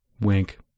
Wink